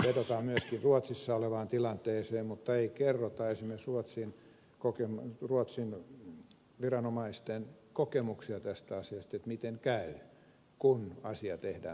vedotaan myöskin ruotsissa olevaan tilanteeseen mutta ei kerrota esimerkiksi ruotsin viranomaisten kokemuksia tästä asiasta miten käy kun asia tehdään pakolliseksi